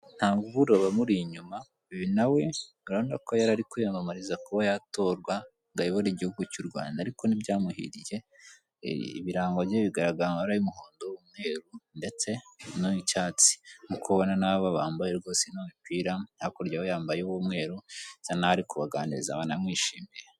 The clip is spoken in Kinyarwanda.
Ntawe ubura abamuri inyuma. Uyu nawe ubona ko yari ari kwiyamamariza kuba yatorwa igihugu cy' u Rwanda ariko ntibyamuhiriye ibirango nyine bigaragara mu mabara y'umuhondo umweru ndetse n'icyatsi nk'uko ubona n'aba bambaye rwose ino mipira, hakurya we yambaye uw'umweru bisa naho ari kubaganiriza banamwishimiye.